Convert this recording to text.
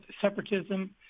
separatism